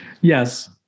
Yes